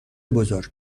بزرگ